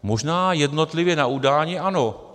Možná jednotlivě na udání ano.